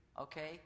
okay